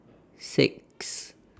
six